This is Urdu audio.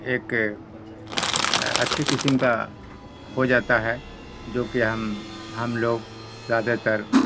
ایک اچھی قسم کا ہو جاتا ہے جو کہ ہم ہم لوگ زیادہ تر